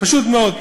פשוט מאוד.